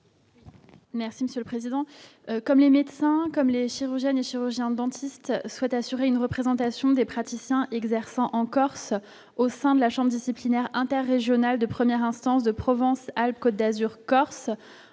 Merci Monsieur le Président, comme les médecins comme les chevaux jeunes chirurgiens dentistes souhaite assurer une représentation des praticiens exerçant en Corse au sein de la chambre disciplinaire interrégional de 1ère instance de Provence Alpes Côte d'Azur, Corse,